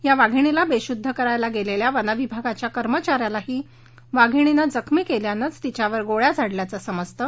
या वाघीणीला बेशुद्ध करायला गेलेल्या वनविभागाच्या कर्मचाऱ्यालाही वाधीणीनं जखमी केल्यानेच तिच्यावर गोळ्या झाडल्याचं समजतं